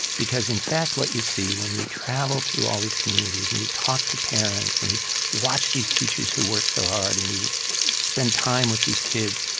because in fact what you see when you travel through all these communities, and you talk to parents, and you watch these teachers who work so hard, and you you spend time with these kids,